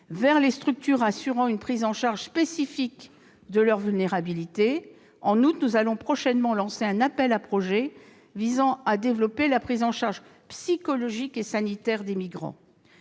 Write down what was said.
vers les structures assurant une prise en charge spécifique de leur vulnérabilité. En outre, nous allons prochainement lancer un appel à projets visant à développer la prise en charge psychologique et sanitaire des migrants.